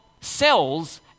cells